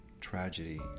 tragedy